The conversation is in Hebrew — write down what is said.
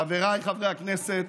חבריי חברי הכנסת,